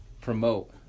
promote